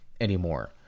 anymore